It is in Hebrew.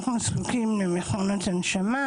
אנחנו זקוקים למכונות הנשמה,